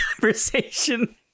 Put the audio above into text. conversation